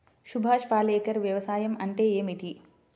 సుభాష్ పాలేకర్ వ్యవసాయం అంటే ఏమిటీ?